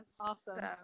Awesome